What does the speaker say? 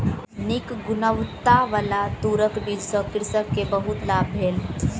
नीक गुणवत्ताबला तूरक बीज सॅ कृषक के बहुत लाभ भेल